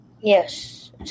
Yes